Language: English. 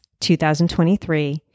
2023